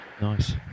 Nice